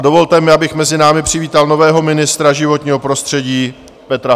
Dovolte mi, abych mezi námi přivítal nového ministra životního prostředí Petra Hladíka.